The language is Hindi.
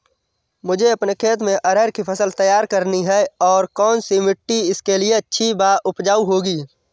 मुझे अपने खेत में अरहर की फसल तैयार करनी है और कौन सी मिट्टी इसके लिए अच्छी व उपजाऊ होगी?